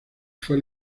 fue